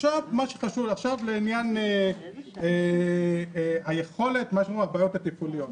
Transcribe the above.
עכשיו לעניין הבעיות התפעוליות.